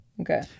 Okay